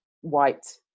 white